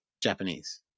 Japanese